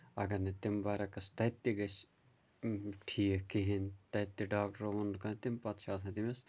اَگر نہٕ تَمہِ برعکٔس تَتہِ تہِ گژھِ ٹھیٖک کِہیٖنٛۍ تَتہِ تہِ ڈاکٹرو ووٚن لوٗکو تَمہِ پَتہٕ چھُ آسان تٔمِس